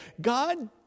God